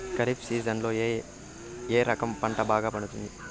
ఖరీఫ్ సీజన్లలో ఏ రకం పంట బాగా పండుతుంది